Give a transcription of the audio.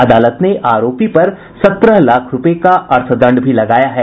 अदालत ने आरोपी पर सत्रह लाख रुपये का अर्थदंड भी लगाया है